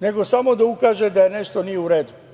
nego samo da ukaže da nešto nije u redu.